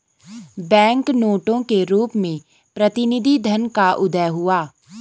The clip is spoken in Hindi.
बैंक नोटों के रूप में प्रतिनिधि धन का उदय हुआ